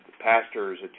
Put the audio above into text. pastors